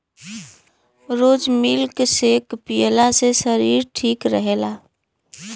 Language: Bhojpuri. रोज मिल्क सेक पियला से शरीर ठीक रहेला